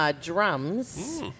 drums